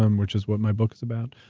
um which is what my book is about.